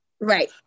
right